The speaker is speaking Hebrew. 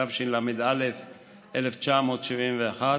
התשל"א 1971,